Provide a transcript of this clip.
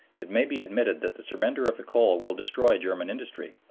it may be admitted that the surrender of the coal will destroy german industry,